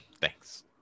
thanks